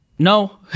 No